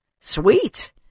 sweet